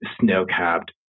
snow-capped